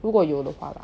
如果有的话 lah